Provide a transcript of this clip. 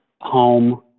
home